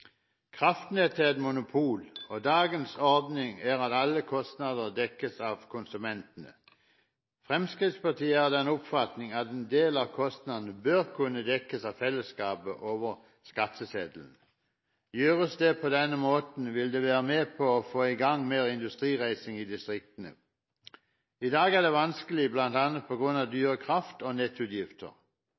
kr. Kraftnettet er et monopol, og dagens ordning er at alle kostnader dekkes av konsumentene. Fremskrittspartiet er av den oppfatning at en del av kostnadene bør kunne dekkes av fellesskapet over skatteseddelen. Gjøres det på denne måten, vil det være med på å få i gang mer industrireising i distriktene. I dag er dette vanskelig bl.a. på grunn av dyre kraft- og nettutgifter.